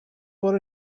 what